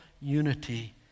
unity